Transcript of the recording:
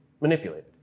manipulated